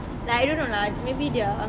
like I don't know lah maybe they're